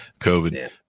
covid